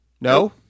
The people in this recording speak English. no